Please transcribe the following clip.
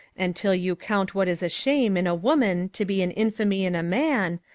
and till you count what is a shame in a woman to be an infamy in a man,